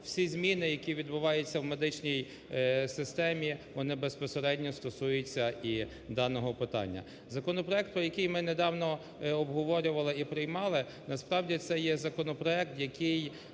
всі зміни, які відбуваються в медичній системі, вони безпосередньо стосуються і даного питання. Законопроект, про який ми недавно обговорювали і приймали, насправді, це є законопроект, який